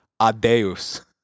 adeus